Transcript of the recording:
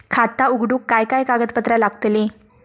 खाता उघडूक काय काय कागदपत्रा लागतली?